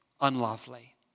unlovely